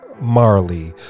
Marley